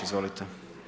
Izvolite.